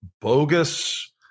bogus